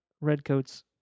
redcoats